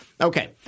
Okay